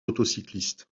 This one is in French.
motocyclistes